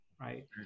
right